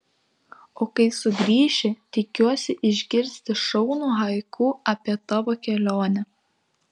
o kai sugrįši tikiuosi išgirsti šaunų haiku apie tavo kelionę